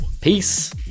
Peace